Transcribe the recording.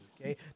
okay